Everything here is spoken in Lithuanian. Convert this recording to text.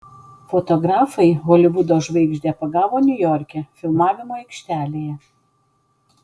fotografai holivudo žvaigždę pagavo niujorke filmavimo aikštelėje